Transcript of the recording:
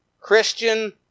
Christian